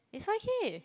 is five K